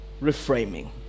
reframing